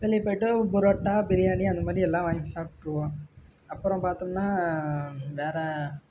வெளியே போய்ட்டு புரோட்டா பிரியாணி அந்த மாதிரி எல்லாம் வாங்கி சாப்பிட்ருவோம் அப்புறம் பார்த்தோம்னா வேற